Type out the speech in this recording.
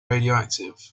radioactive